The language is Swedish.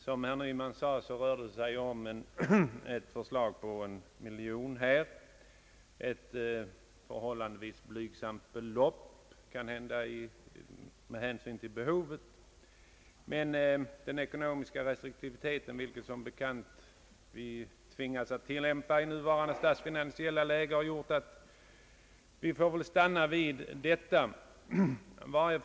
Som herr Nyman sade rör det sig om ett förslag till en höjning av ett anslag med en miljon kronor, måhända med hänsyn till behovet ett förhållandevis blygsamt belopp. Den ekonomiska restriktivitet, vilken vi som bekant tvingas att tillämpa i nuvarande statsfinansiella läge, har emellertid gjort att vi måst stanna vid detta belopp.